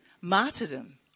martyrdom